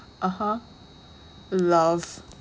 (uh huh) love